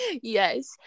Yes